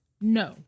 no